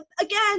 again